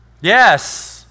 yes